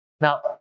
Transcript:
Now